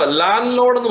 landlord